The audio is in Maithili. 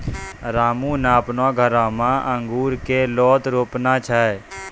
रामू नॅ आपनो घरो मॅ भी अंगूर के लोत रोपने छै